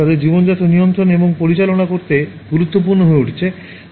তাদের জীবনযাত্রা নিয়ন্ত্রণ এবং পরিচালনা করতে গুরুত্বপূর্ণ হয়ে উঠেছে